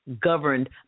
governed